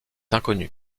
inconnu